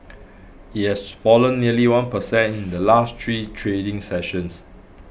it has fallen nearly one per cent in the last three trading sessions